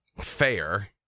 fair